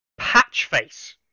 Patchface